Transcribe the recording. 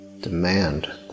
demand